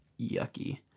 yucky